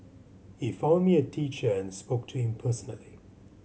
he found me a teacher and spoke to him personally